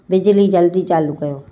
बिजली जल्दी चालू कयो